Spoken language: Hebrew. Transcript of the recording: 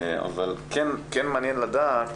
אבל כן מעניין לדעת